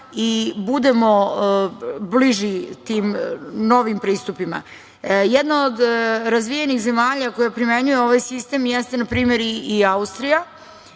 i budemo bliži tim novim pristupima. Jedna od razvijenijih zemalja koja primenjuje ovaj sistem jeste npr. i Austrija,